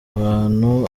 abantu